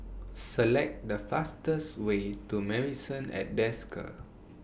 Select The fastest Way to Marrison At Desker